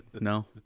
No